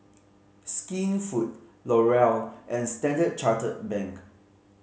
Skinfood L'Oreal and Standard Chartered Bank